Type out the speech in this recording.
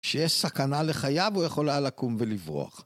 שיש סכנה לחייו, הוא יכול היה לקום ולברוח.